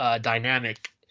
dynamic